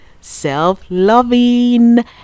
self-loving